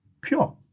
pure